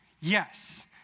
Yes